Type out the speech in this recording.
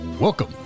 Welcome